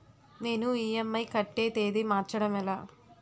నేను ఇ.ఎం.ఐ కట్టే తేదీ మార్చడం ఎలా?